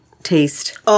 taste